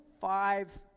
five